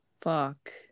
Fuck